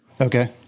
Okay